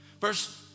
Verse